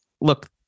look